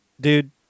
dude